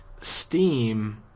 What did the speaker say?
Steam